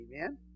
Amen